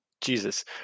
Jesus